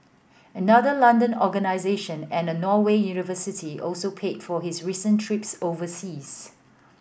another London organisation and a Norway university also paid for his recent trips overseas